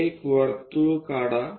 एक वर्तुळ काढा